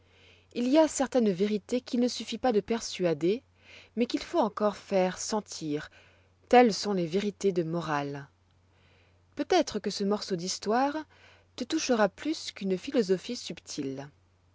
il y a certaines vérités qu'il ne suffit pas de persuader mais qu'il faut encore faire sentir telles sont les vérités de morale peut-être que ce morceau d'histoire te touchera plus qu'une philosophie subtile